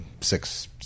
six